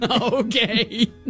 okay